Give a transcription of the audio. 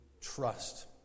trust